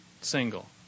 single